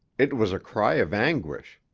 it was a cry of anguish.